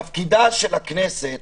תפקיד של הכנסת